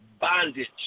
bondage